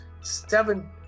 seven